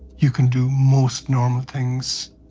you can do most normal things.